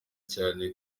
cyane